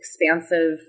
expansive